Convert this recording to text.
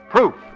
Proof